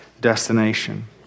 destination